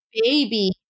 baby